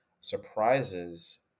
surprises